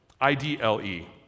I-D-L-E